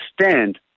stand